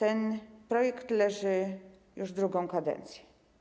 Ten projekt leży już drugą kadencję.